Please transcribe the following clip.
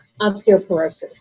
osteoporosis